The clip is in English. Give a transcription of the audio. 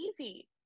easy